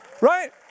Right